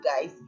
guys